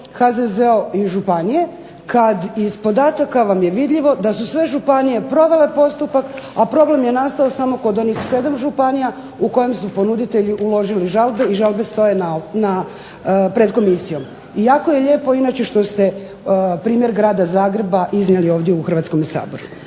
HZZO i županije, kad iz podataka vam je vidljivo da su sve županije provele postupak, a problem je nastao samo kod onih 7 županija u kojem su ponuditelji uložili žalbe i žalbe stoje na, pred komisijom. Jako je lijepo inače što ste primjer grada Zagreba iznijeli ovdje u Hrvatskome saboru.